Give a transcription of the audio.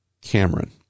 cameron